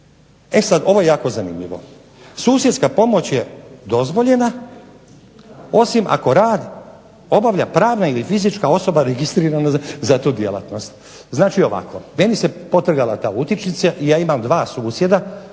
E sada ovo je jako zanimljivo. Susjedska pomoć je dozvoljena osim ako rad obavlja pravna ili fizička osoba registrirana za tu djelatnost. Znači ovako meni se potrgala ta utičnica i ja imam dva susjeda